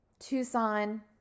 tucson